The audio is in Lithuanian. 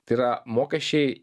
tai yra mokesčiai